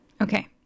Okay